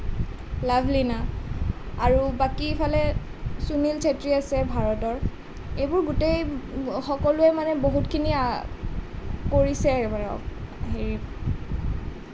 লাভলীনা আৰু বাকী ইফালে সুনিল ছেত্ৰী আছে ভাৰতৰ এইবোৰ গোটেই সকলোৱে মানে বহুতখিনি কৰিছে হেৰি